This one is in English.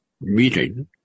meeting